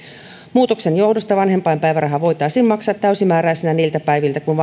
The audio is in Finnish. muutoksen johdosta vanhempainpäiväraha voitaisiin maksaa täysimääräisenä niiltä päiviltä kun